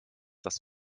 das